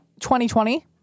2020